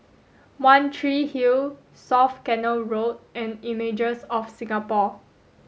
one Tree Hill South Canal Road and Images of Singapore